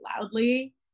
loudly